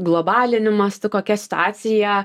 globaliniu mastu kokia situacija